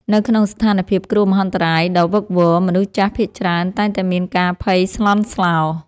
នៅក្នុងស្ថានភាពគ្រោះមហន្តរាយដ៏វឹកវរ មនុស្សចាស់ភាគច្រើនតែងតែមានការភ័យស្លន់ស្លោ។